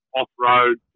off-road